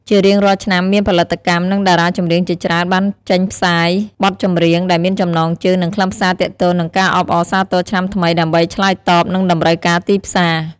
ជារៀងរាល់ឆ្នាំ មានផលិតកម្ម និងតារាចម្រៀងជាច្រើនបានចេញផ្សាយបទចម្រៀងដែលមានចំណងជើង និងខ្លឹមសារទាក់ទងនឹងការអបអរសាទរឆ្នាំថ្មី ដើម្បីឆ្លើយតបនឹងតម្រូវការទីផ្សារ។